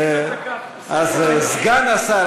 אז סגן השר,